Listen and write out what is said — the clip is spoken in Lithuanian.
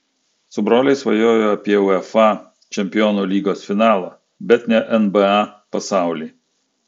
su broliais svajojo apie uefa čempionų lygos finalą bet ne nba pasaulį